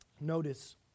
Notice